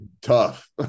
Tough